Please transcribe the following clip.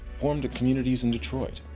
formed communities in detroit.